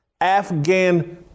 Afghan